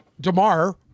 DeMar